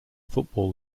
football